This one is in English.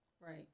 Right